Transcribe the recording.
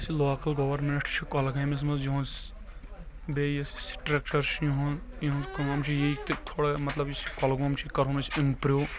یۄس یہِ local government چھِ کۄلگأمِس منٛز یِوان بیٚیہِ یۄس سٹرکچر چھِ یُہنٛد یِہنٛز کأم چھ یی تھوڑا مطلب یُس یہِ کۄلگوم چھُ یہِ کرہون أسۍ امپروٗ